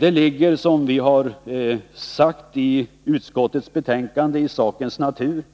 Det ligger, som vi har sagt i utskottets betänkande, i sakens natur